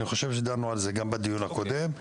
אני חושב שדנו על זה גם בדיון הקודם,